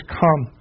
come